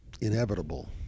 inevitable